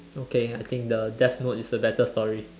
okay I think the death note is a better story